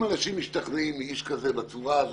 מאיש כזה בצורה הזאת,